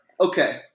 okay